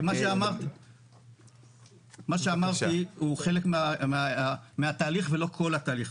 כי מה שאמרתי הוא חלק מהתהליך ולא כל התהליך.